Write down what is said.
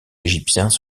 égyptiens